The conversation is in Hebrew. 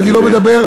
אבל מה,